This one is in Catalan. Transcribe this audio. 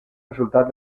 resultat